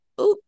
oop